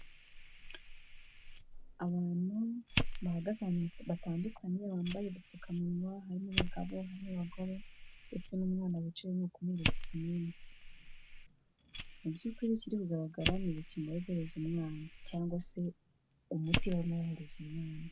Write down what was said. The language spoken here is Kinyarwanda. Abantu bahagaze batandukanye bambaye udupfukamuwa harimo abagabo n'abagore ndetse n'umwana wicaye bari kumuhereza ikinini mu by'kuri ikiri kugaragara ni urukingo bari guhereza umwana cyangwa se umuti bari guhereza umwana.